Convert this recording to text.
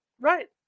Right